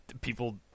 people